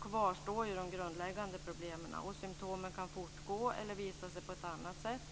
kvarstår de grundläggande problemen, och symtomen kan fortgå eller visa sig på ett annat sätt.